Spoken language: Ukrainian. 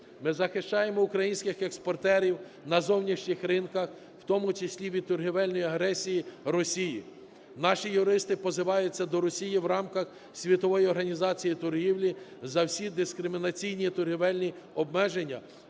Ми захищаємо українських експортерів на зовнішніх ринках, в тому числі від торгівельної агресії Росії. Наші юристи позиваються до Росії в рамках Світової організації торгівлі за всі дискримінаційні торгівельні обмеження